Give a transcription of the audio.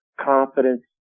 confidence